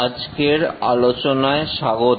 আজকের আলোচনায় স্বাগত